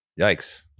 Yikes